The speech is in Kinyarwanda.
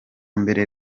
mbere